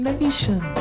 nation